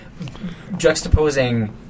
juxtaposing